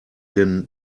denn